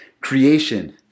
creation